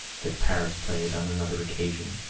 that paris played on another occasion.